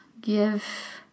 give